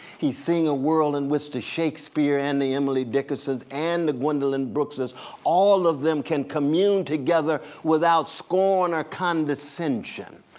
he's seeing a world in which the shakespeares and the emily dickinsons and the gwendolyn brooks, all of them can commune together without scorn or condescension.